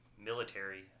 military